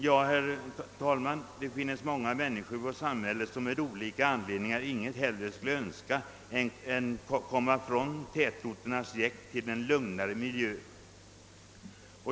Ja, herr talman, det finns många människor i vårt samhälle som av olika anledningar inget hellre önskar än att komma bort från tätorternas jäkt till en lugnare miljö.